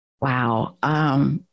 Wow